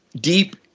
deep